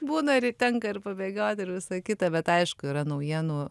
būna ir tenka ir pabėgioti ir visa kita bet aišku yra naujienų